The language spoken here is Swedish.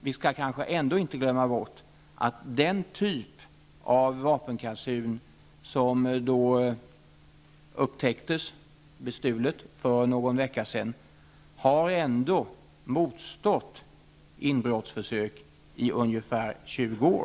Vi skall kanske ändå inte glömma bort att den typ av vapenkasun som det upptäcktes att en stöld hade ägt rum i för en vecka sedan, har motstått inbrottsförsök i ungefär 20 år.